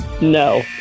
No